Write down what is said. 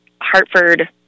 Hartford